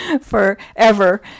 forever